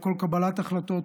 על כל קבלת החלטות,